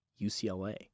UCLA